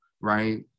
right